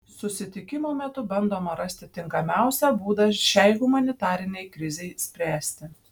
susitikimo metu bandoma rasti tinkamiausią būdą šiai humanitarinei krizei spręsti